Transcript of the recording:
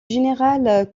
général